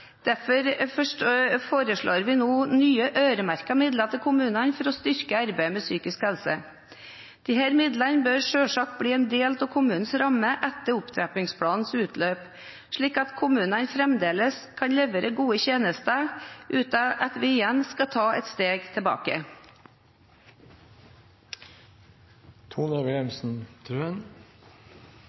Derfor foreslår vi nå nye øremerkede midler til kommunene for å styrke arbeidet med psykisk helse. Disse midlene bør selvsagt bli en del av kommunens ramme etter opptrappingsplanens utløp, slik at kommunene fremdeles kan levere gode tjenester uten at vi igjen skal ta et steg tilbake.